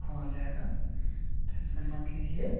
हो जायेगा टेन्सन मत लीजिये